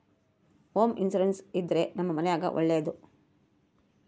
home insurance ಇದ್ರೆ ನಮ್ ಮನೆಗ್ ಒಳ್ಳೇದು